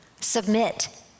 submit